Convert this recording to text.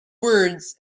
words